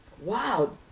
wow